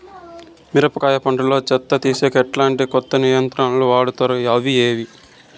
మిరప పంట లో చెత్త తీసేకి ఎట్లాంటి కొత్త యంత్రాలు వాడుతారు అవి ఏవి?